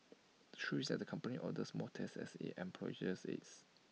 the truth is that company orders more tests as its employees